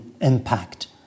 impact